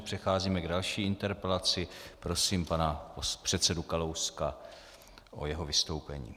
Přecházíme k další interpelaci, prosím pana předsedu Kalouska o jeho vystoupení.